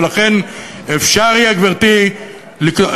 ולכן אפשר יהיה, גברתי, לקנות.